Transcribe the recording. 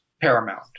paramount